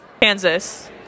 Kansas